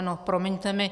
No promiňte mi.